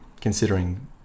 Considering